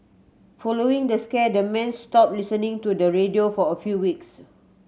following the scare the men stopped listening to the radio for a few weeks